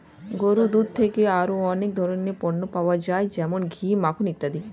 গরুর দুধ থেকে আরো অনেক ধরনের পণ্য পাওয়া যায় যেমন ঘি, মাখন ইত্যাদি